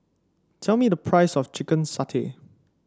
tell me the price of Chicken Satay